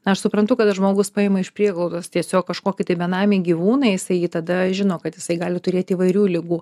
na aš suprantu kad žmogus paima iš prieglaudos tiesiog kažkokį tai benamį gyvūną jisai tada žino kad jisai gali turėti įvairių ligų